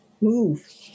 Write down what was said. Move